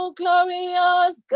glorious